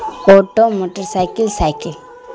پوٹو motor cycle cycle